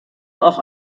auch